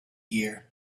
gear